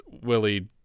willie